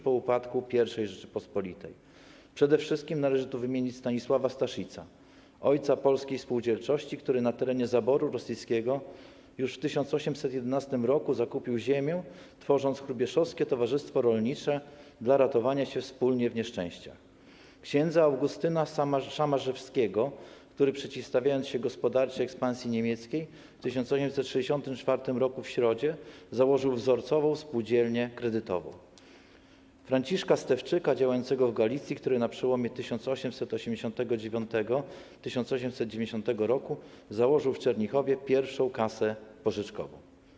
Przede wszystkim należy tu wymienić Stanisława Staszica, ojca polskiej spółdzielczości, który na terenie zaboru rosyjskiego już w 1811 r. zakupił ziemię, tworząc Hrubieszowskie Towarzystwo Rolnicze dla ratowania się wspólnie w nieszczęściach, ks. Augustyna Szamarzewskiego, który, przeciwstawiając się gospodarczej ekspansji niemieckiej, w 1864 r. w Środzie założył wzorcową spółdzielnię kredytową, Franciszka Stefczyka działającego w Galicji, który na przełomie 1889 i 1890 r. założył w Czernichowie pierwszą kasę pożyczkową.